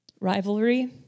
Rivalry